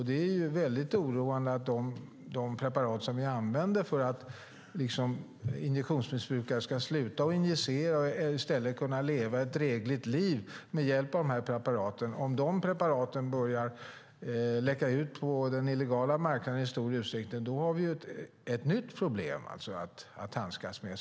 Det är oroande att de preparat som vi använder för att injektionsmissbrukare ska sluta att injicera och i stället leva ett drägligt liv läcker ut på den illegala marknaden. Då finns ett nytt problem att handskas med.